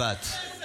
משפט.